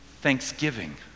Thanksgiving